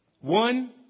one